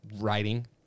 writing